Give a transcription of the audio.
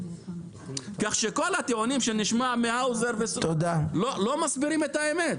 כך שכל הטיעונים שנשמע לא מסבירים את האמת.